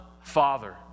Father